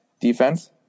defense